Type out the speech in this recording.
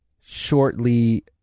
shortly